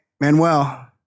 Manuel